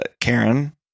Karen